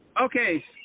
Okay